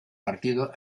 partido